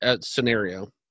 scenario